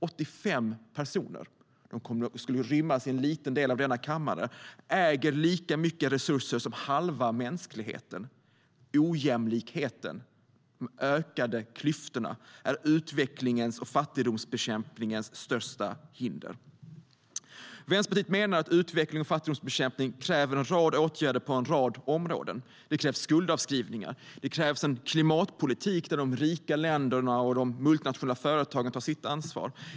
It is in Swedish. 85 personer - de ryms i en liten del av denna kammare - äger lika mycket resurser som halva mänskligheten. Ojämlikheten och de ökade klyftorna är utvecklingens och fattigdomsbekämpningens största hinder. Vänsterpartiet menar att utveckling och fattigdomsbekämpning kräver en rad åtgärder på en rad områden. Det krävs skuldavskrivningar, och det krävs en klimatpolitik där de rika länderna och de multinationella företagen tar sitt ansvar.